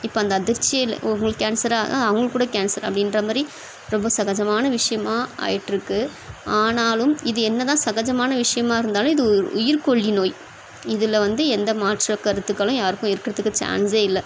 இப்போ அந்த அதிர்ச்சியே இல்லை ஓ இவங்களுக்கு கேன்சரா அவங்களுக்குக்கூட கேன்சர் அப்படின்றமாரி ரொம்ப சகஜமான விஷயமாக ஆயிட்டுருக்கு ஆனாலும் இது என்ன தான் சகஜமான விஷயமாக இருந்தாலும் இது ஒரு உயிர்க்கொல்லி நோய் இதில் வந்து எந்த மாற்ற கருத்துக்களும் யாருக்கும் இருக்கிறதுக்கு சான்ஸே இல்லை